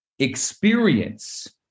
experience